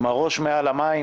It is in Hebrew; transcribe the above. עם הראש מעל המים,